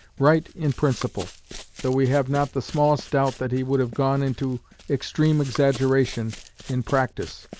right in principle though we have not the smallest doubt that he would have gone into extreme exaggeration in practice,